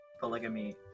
polygamy